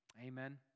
Amen